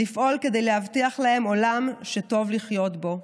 לפעול כדי להבטיח להם עולם שטוב לחיות בו.